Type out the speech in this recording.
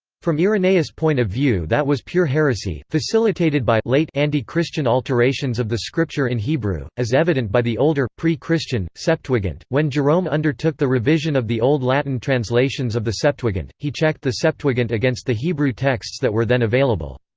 from irenaeus' point of view that was pure heresy, facilitated by anti-christian alterations of the scripture in hebrew, as evident by the older, pre-christian, septuagint when jerome undertook the revision of the old latin translations of the septuagint, he checked the septuagint against the hebrew texts that were then available.